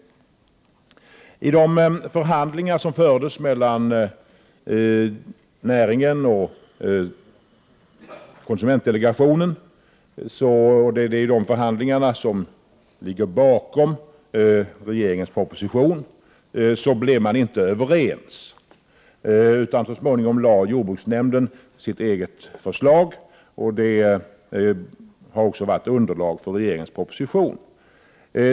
Vid de förhandlingar som fördes mellan näringen och konsumentdelegationen — det är resultatet av dessa förhandlingar som ligger till grund för regeringens proposition — kunde man inte komma överens. Så småningom framlade jordbruksnämnden ett eget förslag, vilket också utgör underlag för propositionen.